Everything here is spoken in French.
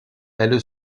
elle